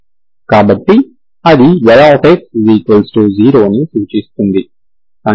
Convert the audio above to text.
కాబట్టి అది y0 ని సూచిస్తుంది